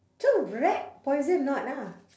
so rat poison not ah